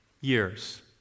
years